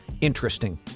interesting